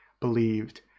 believed